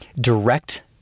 direct